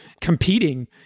competing –